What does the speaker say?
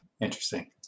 interesting